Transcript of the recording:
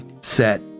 set